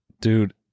Dude